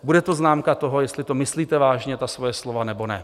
Bude to známka toho, jestli myslíte vážně svoje slova, nebo ne.